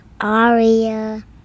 aria